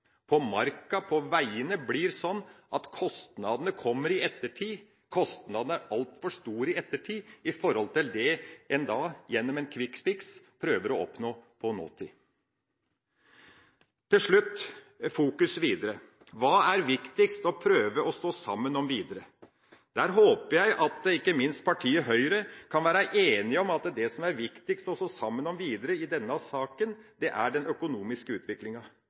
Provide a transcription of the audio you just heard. på marka og på veiene blir sånn at kostnadene i ettertid er altfor store i forhold til det en gjennom en «quick fix» prøver å oppnå i nåtid. Til slutt: Fokus videre – hva er det viktigst å prøve å stå sammen om videre? Jeg håper ikke minst at partiet Høyre kan være enig i at det som er viktigst å stå sammen om videre i denne saken, er den økonomiske utviklinga.